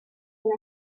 and